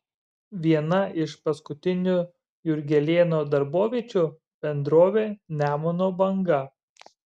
viena iš paskutinių jurgelėno darboviečių bendrovė nemuno banga